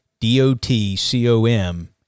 D-O-T-C-O-M